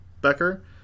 Becker